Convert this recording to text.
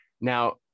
Now